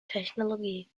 technology